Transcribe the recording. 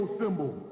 symbol